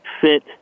fit